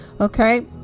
okay